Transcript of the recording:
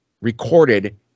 recorded